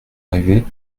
arrivée